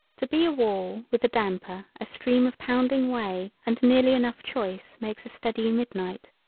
to be a wall with a damper a stream of pounding way and nearly enough choice makes a steady midnight.